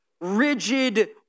rigid